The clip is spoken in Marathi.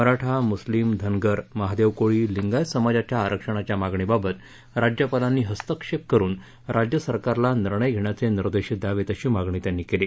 मराठा मुस्लीम धनगर महादेव कोळी लिप्पित समाजाच्या आरक्षणाच्या मागणीबाबत राज्यपालाप्ती हस्तक्षेप करून राज्य सरकारला निर्णय घेण्याचे निर्देश द्यावेत अशी मागणी त्याप्ती केली